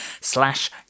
slash